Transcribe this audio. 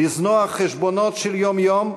לזנוח חשבונות של יום-יום,